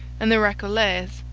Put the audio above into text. and the recollets,